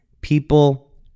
people